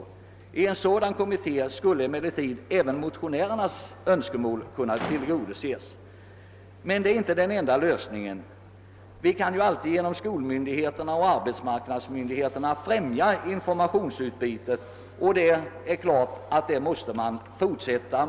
Genom en sådan kommitté skulle emellertid även motionärernas önskemål kunna tillgodoses. Men det är inte den enda lösningen. Vi kan ju alltid genom skoloch arbetsmarknadsmyndigheterna främja informationsutbytet, och det är klart att vi måste utöka detta.